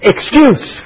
Excuse